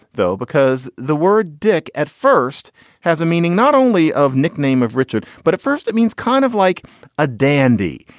though, because the word dick at first has a meaning, not only of nickname of richard, but at first it means kind of like a dandy.